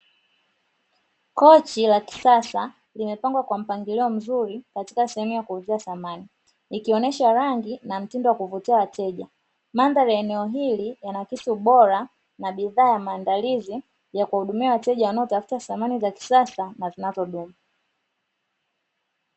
Kochi la kisasa limepangwa kwa mpangilio mzuri katika sehemu ya kuuzia samani, ikionesha rangi na mtindo wa kuvutia wateja. Mandhari ya eneo hili yanaakisi ubora na bidhaa ya maandalizi ya kuwahudumia wateja wanaotafuta samani za kisasa na zinazodumu.